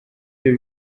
byo